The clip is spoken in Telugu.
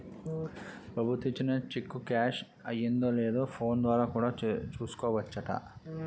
ప్రభుత్వం ఇచ్చిన చెక్కు క్యాష్ అయిందో లేదో ఫోన్ ద్వారా కూడా చూసుకోవచ్చట